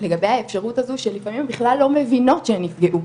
לגבי האפשרות הזאת שלפעמים לא מבינות שהן נפגעו.